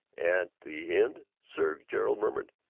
at the end sir gerald murmured,